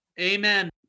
Amen